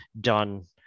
done